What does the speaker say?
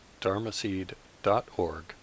dharmaseed.org